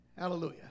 Hallelujah